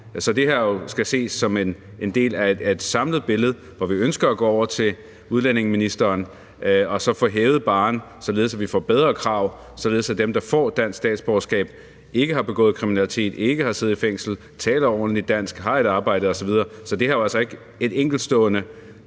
Så det her skal ses som en del af et samlet billede, hvor vi ønsker at gå over til udlændingeministeren og få hævet barren, således at vi får bedre krav; således at dem, der får dansk statsborgerskab, ikke har begået kriminalitet, ikke har siddet i fængsel, taler ordentligt dansk, har et arbejde osv. Så det her er jo altså ikke et enkeltstående